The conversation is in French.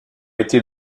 été